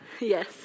Yes